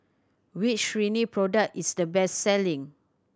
which Rene product is the best selling